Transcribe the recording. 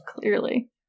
Clearly